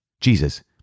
Jesus